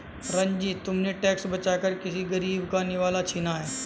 रंजित, तुमने टैक्स बचाकर किसी गरीब का निवाला छीना है